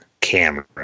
camera